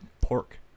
pork